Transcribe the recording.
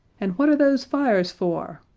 and what are those fires for?